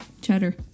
Cheddar